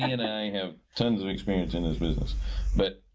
and i have tons of experience in this business but,